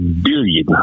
billion